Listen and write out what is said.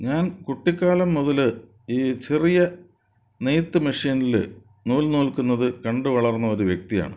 ഞാൻ കുട്ടിക്കാലം മുതൽ ഈ ചെറിയ നെയ്ത്ത് മെഷ്യനിൽ നൂൽ നൂൽക്കുന്നതു കണ്ടു വളർന്നൊരു വ്യക്തിയാണ്